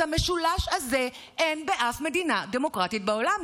את המשולש הזה אין באף מדינה דמוקרטית בעולם.